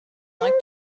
like